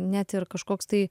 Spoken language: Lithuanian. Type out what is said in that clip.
net ir kažkoks tai